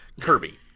Kirby